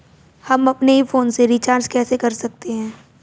हम अपने ही फोन से रिचार्ज कैसे कर सकते हैं?